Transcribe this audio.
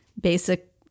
basic